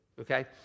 okay